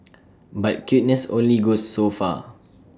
but cuteness only goes so far